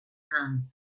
gaan